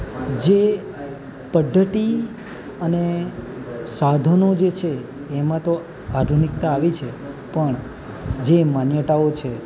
જે પદ્ધતિ અને સાધનો જે છે એમાં તો આધુનિકતા આવી છે પણ જે માન્યતાઓ છે